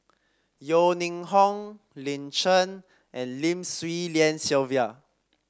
Yeo Ning Hong Lin Chen and Lim Swee Lian Sylvia